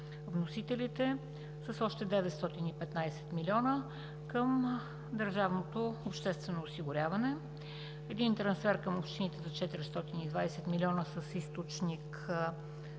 вносителите, с още 915 млн. към държавното обществено осигуряване, трансфер към общините за 420 милиона с източник, разбрахме,